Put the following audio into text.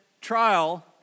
trial